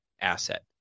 asset